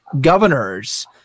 governors